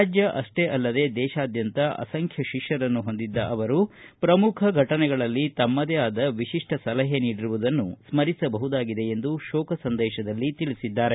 ರಾಜ್ಯ ಅಷ್ಪೇ ಅಲ್ಲದೇ ದೇಶಾದ್ಭಂತ ಅಸಂಖ್ಯ ಶಿಷ್ಠರನ್ನು ಹೊಂದಿದ್ದ ಅವರು ಪ್ರಮುಖ ಘಟನೆಗಳಲ್ಲಿ ತಮ್ಮದೇ ಆದ ವಿಶಿಷ್ಠ ಸಲಹೆ ನೀಡಿರುವದನ್ನು ಸ್ಟರಿಸಬಹುದಾಗಿದೆ ಎಂದು ಶೋಕ ಸಂದೇಶದಲ್ಲಿ ತಿಳಿಸಿದ್ದಾರೆ